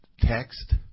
text